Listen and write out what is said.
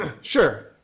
Sure